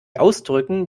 ausdrücken